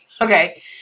okay